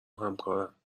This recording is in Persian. همکارم